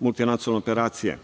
multinacionalne operacije –